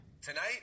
Tonight